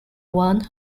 one